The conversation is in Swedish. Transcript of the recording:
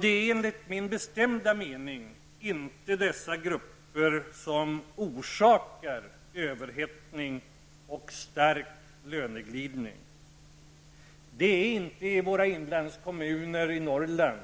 Det är enligt min bestämda mening inte dessa grupper som orsakar överhettning och stark löneglidning. Den onda löneglidningen uppstår inte i inlandskommunerna i Norrland.